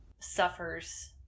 suffers